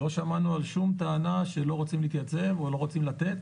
לא שמענו על שום טענה שלא רוצים להתייצב או לא רוצים לתת.